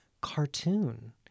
cartoon